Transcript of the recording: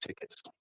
tickets